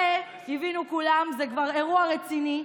זה, הבינו כולם, זה כבר אירוע רציני,